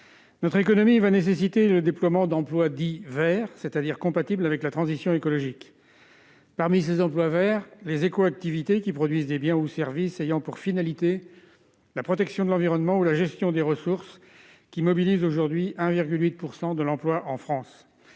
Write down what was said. notre économie va nécessiter le déploiement d'emplois dits verts, c'est-à-dire compatibles avec la transition écologique parmi ces emplois verts Les Échos en activité qui produisent des biens ou services ayant pour finalité la protection de l'environnement ou la gestion des ressources qui mobilise aujourd'hui 1,8 % de l'emploi en France,